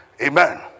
amen